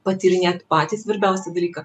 patyrinėt patį svarbiausią dalyką